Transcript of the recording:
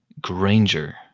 Granger